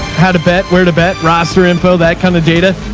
how to bet, where to bet roster info, that kind of data.